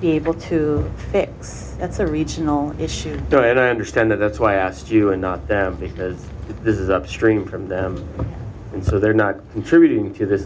be able to fix that's a regional issue though and i understand that that's why i asked you and not them because this is upstream from them and so they're not contributing to this